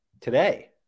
Today